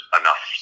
enough